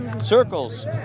Circles